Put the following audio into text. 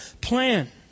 plan